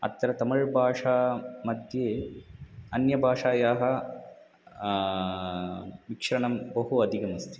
अत्र तमिळ् भाषामध्ये अन्यभाषायाः मिश्रणं बहु अधिकमस्ति